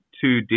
two